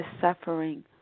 suffering